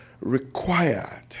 required